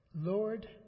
Lord